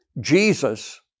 Jesus